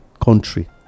country